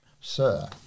Sir